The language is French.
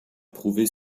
prouvé